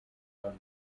run